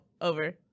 over